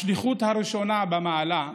השליחות הראשונה שלו במעלה,